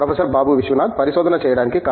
professor Babu Viswanath పరిశోధన చేయడానికి